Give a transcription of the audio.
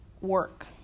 work